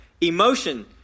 emotion